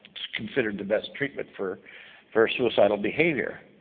it's considered the best treatment for for suicidal behavior,